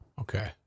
Okay